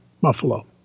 Buffalo